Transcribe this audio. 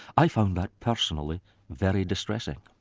i found that personally very distressing.